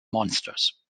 monsters